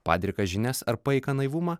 padrikas žinias ar paiką naivumą